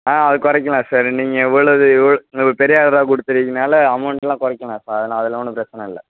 ஆ அது குறைக்கலாம் சார் நீங்கள் இவ்வளவு இவ்வள பெரிய ஆர்டராக கொடுத்துருக்கீங்கனால அமௌண்ட்லாம் குறைக்கலாம் சார் அதனாலெலாம் ஒன்றும் பிரச்சனை இல்லை